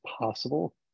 possible